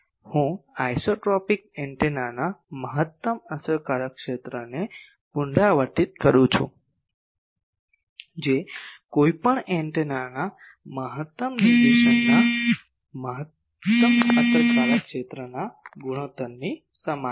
હું આઇસોટ્રોપિક એન્ટેનાના મહત્તમ અસરકારક ક્ષેત્રને પુનરાવર્તિત કરું છું જે કોઈપણ અન્ય એન્ટેનાના મહત્તમ નિર્દેશનના મહત્તમ અસરકારક ક્ષેત્રના ગુણોત્તરની સમાન છે